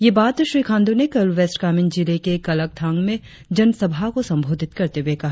ये बात श्री खांडू ने कल वेस्ट कामेंग जिले के कलकथांग में जन सभा को संबोधित करते हुए कहा